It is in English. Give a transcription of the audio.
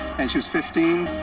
and she was fifteen.